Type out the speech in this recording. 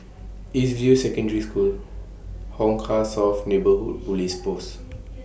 East View Secondary School Hong Kah South Neighbourhood Police Post